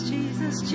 Jesus